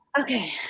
Okay